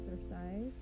exercise